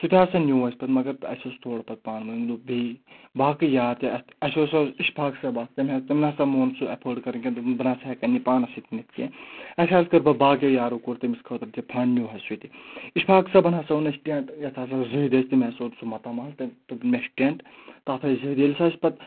سُہ تہِ ہَسا نیوٗ اَسہِ پَتہٕ مگر اَسہِ اوس تھوڑا پتہٕ پانہٕ ؤنۍ دوٚپ بیٚیہِ باقٕے یار تہِ اَتھ اَسہِ اوس اِشفاق صٲب اکھ تٔمۍ حظ تٔمۍ نَسا مون سُہ ایٚفٲڈ کَرُن کینٛہہ بہٕ نَسا ہیٚکَن یہِ پانَس سۭتۍ نِتھ کینٛہہ اَسہِ حظ کٔر بہٕ باقٕیَو یارو کوٚر تٔمِس خٲطرٕ تہِ فَنٛڈ نیوٗ حظ سُہ تہِ اِشفاق صٲبَن ہَسا ووٚن اَسہِ ٹؠنٛٹ یَتھ ہَسا زٕدۍ ٲسۍ تٔمۍ ہَسا اوٚن سُہ ماتامال مےٚ چھُ ٹؠنٛٹ تَتھ ٲسۍ زٕدۍ ییٚلہِ سُہ اَسہِ پَتہٕ